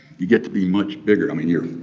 you get to be much bigger. i mean you're